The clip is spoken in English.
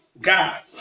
God